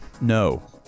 No